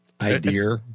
Idea